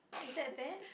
is that bad